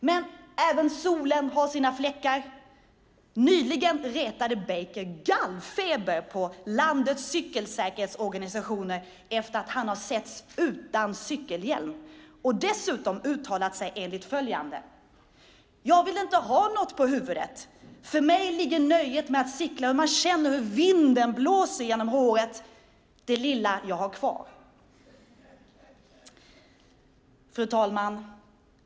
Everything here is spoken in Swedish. Men även solen har sina fläckar. Nyligen retade Baker gallfeber på landets cykelsäkerhetsorganisationer efter att ha setts utan cykelhjälm och dessutom ha uttalat sig enligt följande: Jag vill inte ha något på huvudet. För mig ligger nöjet med att cykla i att känna hur vinden blåser genom håret - det lilla jag har kvar. Fru talman!